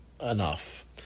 enough